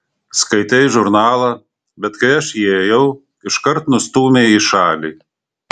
skaitei žurnalą bet kai aš įėjau iškart nustūmei į šalį